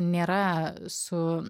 nėra su